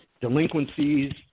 delinquencies